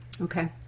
Okay